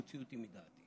מוציא אותי מדעתי.